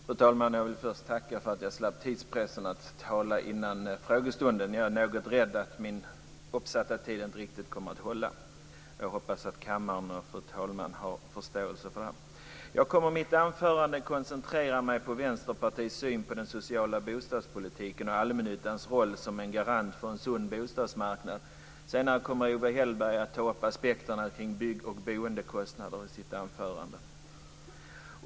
Fru talman! Jag vill först tacka för att jag slapp tidspressen att tala innan frågestunden Jag är något rädd för att min uppsatta tid inte riktigt kommer att hålla, men jag hoppas att kammaren och fru talmannen har förståelse för det. Jag kommer i mitt anförande att koncentrera mig på Vänsterpartiets syn på den sociala bostadspolitiken och allmännyttans roll som garant för en sund bostadsmarknad. Owe Hellberg kommer att ta upp aspekter kring bygg och boendekostnader i sitt anförande.